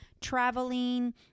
traveling